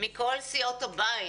מכל סיעות הבית.